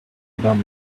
about